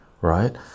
right